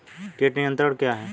कीट नियंत्रण क्या है?